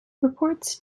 reports